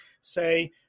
say